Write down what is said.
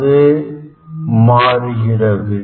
அது மாறுகிறது